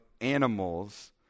animals